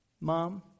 Mom